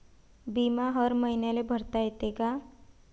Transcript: बिमा हर मईन्याले भरता येते का?